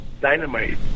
dynamite